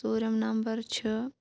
ژوٗرِم نمبر چھِ